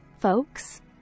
folks